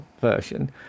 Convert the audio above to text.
version